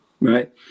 right